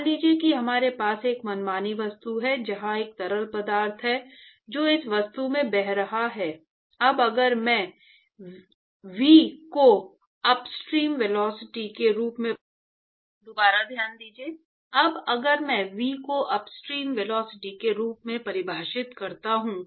मान लीजिए कि हमारे पास एक मनमानी वस्तु है जहां एक तरल पदार्थ है जो इस वस्तु से बह रहा है अब अगर मैं V को अपस्ट्रीम वेलोसिटी के रूप में परिभाषित करता हूं